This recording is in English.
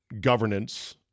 governance